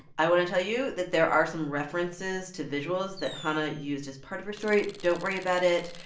i want to tell you that there are some references to visuals that hanna used as part of her story. don't worry about it.